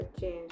change